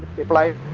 they believe